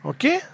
Okay